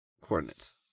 coordinates